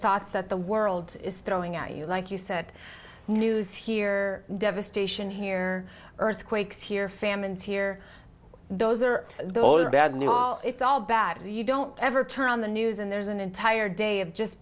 thoughts that the world is throwing at you like you said news here devastation here earthquakes here famines here those are the only bad news it's all bad you don't ever turn on the news and there's an entire day of just